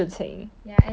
on the way there